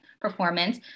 performance